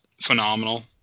phenomenal